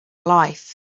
life